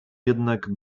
jednak